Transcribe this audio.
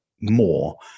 more